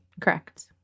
Correct